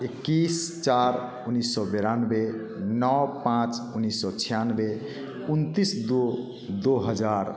इक्कीस चार उन्नीस सौ बानवे नौ पाँच उन्नीस सौ छियानबे उनतीस दो दो हजार